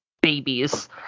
babies